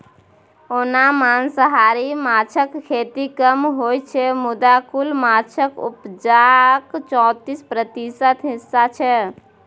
ओना मांसाहारी माछक खेती कम होइ छै मुदा कुल माछक उपजाक चौतीस प्रतिशत हिस्सा छै